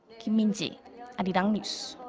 kim min-ji, and arirang news.